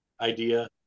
idea